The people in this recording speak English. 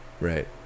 right